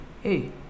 Hey